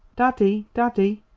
daddy, daddy!